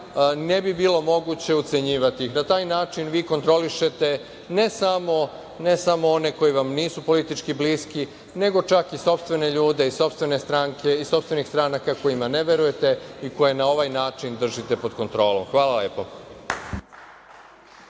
ne bi bilo moguće ucenjivati ih. Na taj način vi kontrolišete ne samo one koji vam nisu politički bliski, nego čak i sopstvene ljude iz sopstvene stranke, iz sopstvenih stranaka kojima ne verujete i koje na ovaj način držite pod kontrolom. Hvala.